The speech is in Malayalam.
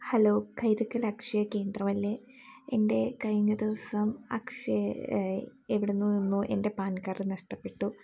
ഹലോ കൈതക്കൽ അക്ഷയ കേന്ദ്രമല്ലേ എൻ്റെ കഴിഞ്ഞ ദിവസം അക്ഷയ എവിടെ നിന്നോ എൻ്റെ പാൻ കാർഡ് നഷ്ടപ്പെട്ടു